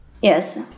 Yes